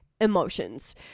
emotions